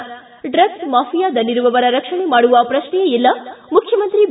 ಿ ಡ್ರಗ್ಲೆ ಮಾಫಿಯಾದಲ್ಲಿರುವವರ ರಕ್ಷಣೆ ಮಾಡುವ ಪ್ರಕ್ಷೆಯೇ ಇಲ್ಲ ಮುಖ್ಯಮಂತ್ರಿ ಬಿ